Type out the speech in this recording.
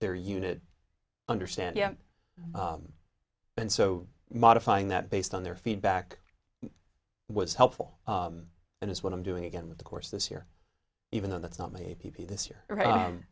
their unit understand yeah and so modifying that based on their feedback was helpful and it's what i'm doing again with the course this year even though that's not me p p this year